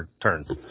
turns